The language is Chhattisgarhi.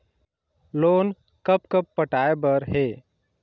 लोन कब कब पटाए बर हे?